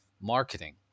marketing